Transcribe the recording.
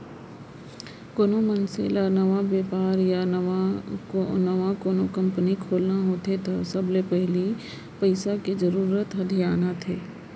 कोनो मनसे ल नवा बेपार या नवा कोनो कंपनी खोलना होथे त सबले पहिली पइसा के जरूरत ह धियान आथे